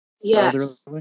yes